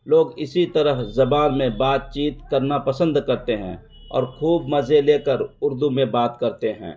لوگ اسی طرح زباں میں بات چیت کرنا پسند کرتے ہیں اور خوب مزے لے کر اردو میں بات کرتے ہیں